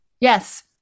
Yes